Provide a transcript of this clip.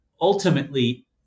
ultimately